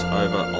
over